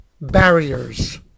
barriers